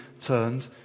turned